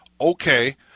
okay